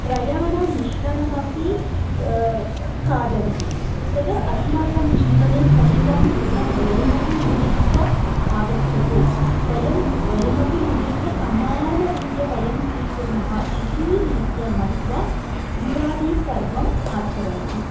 त्रयाणां मिश्रणमपि खादन्ति तद् अस्माकं जीवने कष्टं सुखं द्वयमपि मिलित्वा आगच्छतु वयं द्वयमपि मिलित्वा समानरीत्या वयं स्वीकुर्मः इति रीत्या मत्वा युगादि पर्वम् आचरन्ति